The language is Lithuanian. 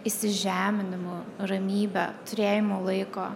įsižeminimu ramybe turėjimu laiko